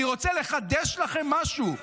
אני רוצה לחדש לכם משהו: